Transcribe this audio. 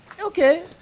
Okay